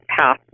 half